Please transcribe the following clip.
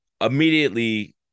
Immediately